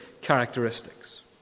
characteristics